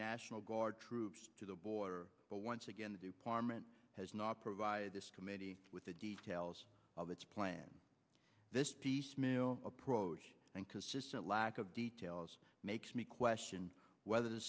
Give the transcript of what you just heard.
national guard troops to the border but once again the department has not provided this committee with the details of its plan this piecemeal approach and consistent lack of details makes me question whether the